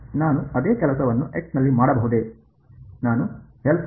ನಾನು ಅದೇ ಕೆಲಸವನ್ನು ದಲ್ಲಿ ಮಾಡಬಹುದೇ